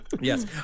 yes